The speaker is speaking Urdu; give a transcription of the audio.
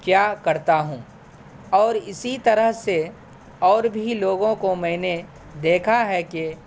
کیا کرتا ہوں اور اسی طرح سے اور بھی لوگوں کو میں نے دیکھا ہے کہ